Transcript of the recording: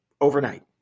overnight